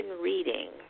reading